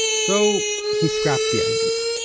so he scrapped the idea.